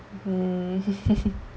um